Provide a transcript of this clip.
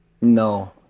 No